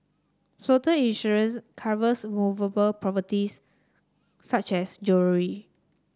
floater insurance covers movable properties such as jewellery